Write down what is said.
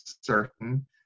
certain